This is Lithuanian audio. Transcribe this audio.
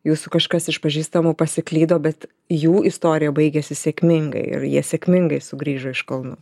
jūsų kažkas iš pažįstamų pasiklydo bet jų istorija baigėsi sėkmingai ir jie sėkmingai sugrįžo iš kalnų